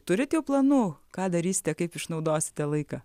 turit jau planų ką darysite kaip išnaudosite laiką